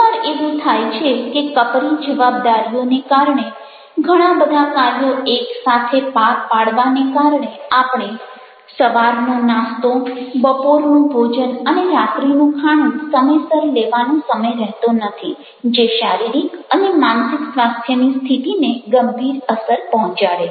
ઘણી વાર એવું થાય છે કે કપરી જવાબદારીઓને કારણે ઘણા બધા કાર્યો એક સાથે પાર પાડવાને કારણે આપણને સવારનો નાસ્તો બપોરનું ભોજન અને રાત્રીનું ખાણું સમયસર લેવાનો સમય રહેતો નથી જે શારીરિક અને માનસિક સ્વાસ્થ્યની સ્થિતિને ગંભીર અસર પહોંચાડે છે